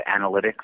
analytics